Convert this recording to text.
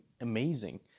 amazing